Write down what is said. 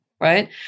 right